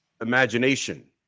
imagination